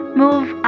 move